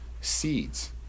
seeds